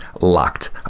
Locked